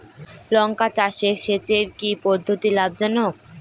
লঙ্কা চাষে সেচের কি পদ্ধতি লাভ জনক?